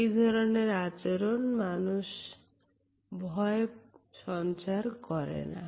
এই ধরনের আচরণ মানুষের মনে ভয় সঞ্চার করে না